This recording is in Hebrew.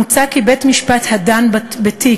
מוצע כי בית-משפט הדן בתיק,